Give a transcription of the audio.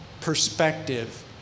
perspective